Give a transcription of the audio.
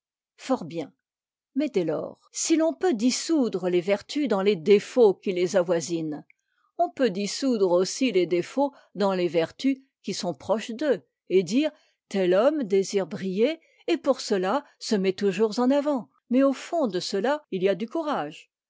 fort bien mais dès lors si l'on peut dissoudre les vertus dans les défauts qui les avoisinent on peut dissoudre aussi les défauts dans les vertus qui sont proches d'eux et dire tel homme désire briller et pour cela se met toujours en avant mais au fond de cela il y a du courage